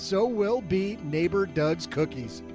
so we'll beat neighbor doug's cookies.